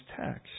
text